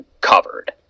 Covered